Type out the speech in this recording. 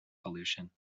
pollution